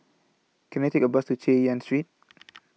Can I Take A Bus to Chay Yan Street